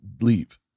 leave